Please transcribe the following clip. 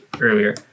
earlier